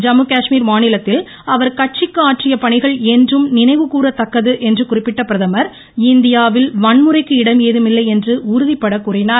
ஜம்முகாஷ்மீர் மாநிலத்தில் அவர் கட்சிக்கு ஆற்றிய பணிகள் என்றும் நினைவு கூறத்தக்கது என்று குறிப்பிட்ட பிரதமர் இந்தியாவில் வன்முறைக்கு இடம் ஏதுமில்லை என்று உறுதிபடக் கூறினார்